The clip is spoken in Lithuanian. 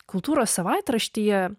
kultūros savaitraštyje